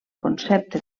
concepte